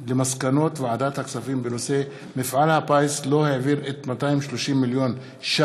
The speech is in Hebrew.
על מסקנות ועדת הכספים בעקבות דיון מהיר